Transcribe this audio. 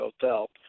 Hotel